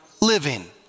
living